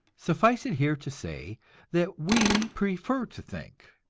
suffice it here to say that we prefer to think.